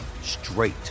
straight